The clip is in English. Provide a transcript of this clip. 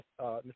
Mr